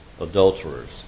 adulterers